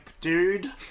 dude